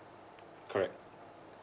correct